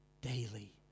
daily